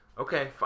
Okay